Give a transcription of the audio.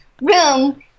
Room